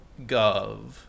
.gov